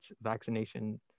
vaccination